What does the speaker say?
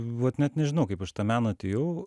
vat net nežinau kaip aš į tą meną atėjau